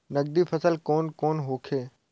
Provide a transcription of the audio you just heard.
नकदी फसल कौन कौनहोखे?